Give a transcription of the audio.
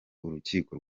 urukiko